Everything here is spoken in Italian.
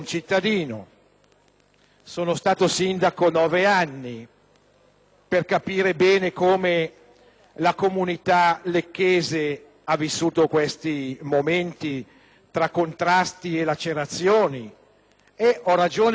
sono stato sindaco di Lecco per nove anni. Ho visto bene come la comunità lecchese ha vissuto questi momenti, tra contrasti e lacerazioni e ho ragione di credere